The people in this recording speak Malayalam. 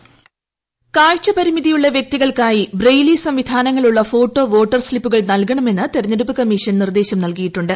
വോയിസ് കാഴ്ചപരിമിതയുള്ള വ്യക്തികൾക്കായി ബ്രയിലി സംവിധാനങ്ങളുള്ള ഫോട്ടോ വോട്ടർ സ്ത്രീപ്പുകൾ നൽകണമെന്ന് തെരഞ്ഞെടുപ്പ് കമ്മീഷൻ നിർദ്ദേശം നൽകിയിട്ടുണ്ട്